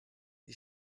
die